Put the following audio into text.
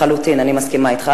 לחלוטין אני מסכימה אתך,